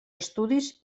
estudis